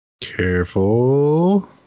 Careful